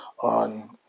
on